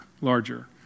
larger